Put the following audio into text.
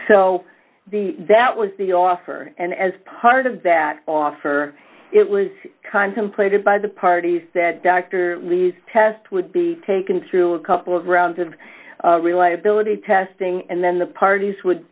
so that was the offer and as part of that offer it was contemplated by the parties that dr lee's test would be taken through a couple of rounds of reliability testing and then the parties would